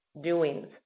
doings